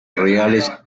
reales